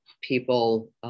people